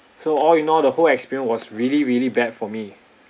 so all you know the whole experience was really really bad for me